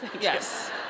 Yes